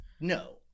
No